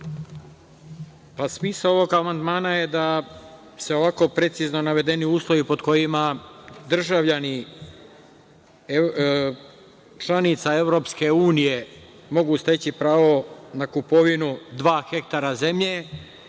Smisao ovog amandmana je da se ovako precizno navedeni uslovi pod kojima državljani članica EU mogu steći pravo na kupovinu dva hektara zemlje